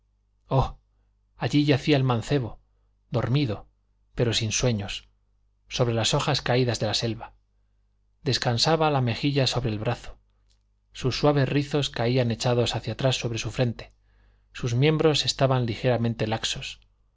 allí yacía el mancebo dormido pero sin sueños sobre las hojas caídas de la selva descansaba la mejilla sobre el brazo sus suaves rizos caían echados hacia atrás sobre su frente sus miembros estaban ligeramente laxos